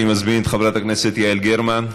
אני מזמין את חברת הכנסת יעל גרמן,